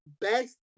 best